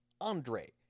andre